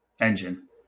Engine